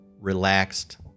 relaxed